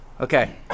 Okay